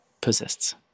persists